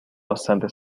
bastante